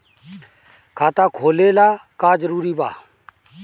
खाता खोले ला का का जरूरी बा?